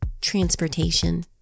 transportation